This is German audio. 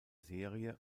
serie